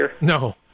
No